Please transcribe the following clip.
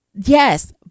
Yes